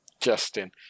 Justin